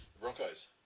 Broncos